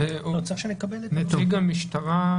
נציג המשטרה,